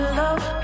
love